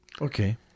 Okay